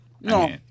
No